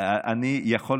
כולם צופים בנו בטלוויזיה.